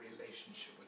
relationship